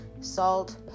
Salt